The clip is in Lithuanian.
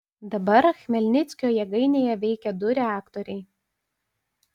dabar chmelnickio jėgainėje veikia du reaktoriai